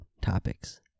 topics